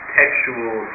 textual